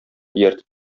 ияртеп